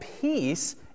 peace